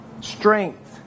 strength